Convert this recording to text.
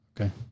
Okay